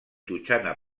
totxana